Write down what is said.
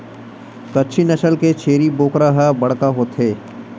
कच्छी नसल के छेरी बोकरा ह बड़का होथे